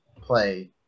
play